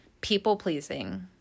people-pleasing